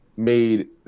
made